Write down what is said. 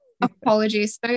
apologies